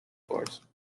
force